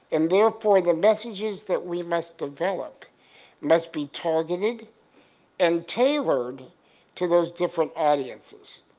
and therefore the messages that we must develop must be targeted and tailored to those different audiences.